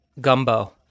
gumbo